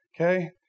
okay